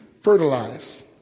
fertilize